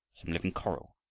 some living coral,